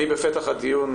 בפתח הדיון,